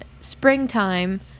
springtime